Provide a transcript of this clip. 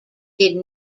did